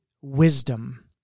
wisdom